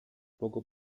poco